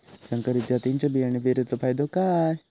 संकरित जातींच्यो बियाणी पेरूचो फायदो काय?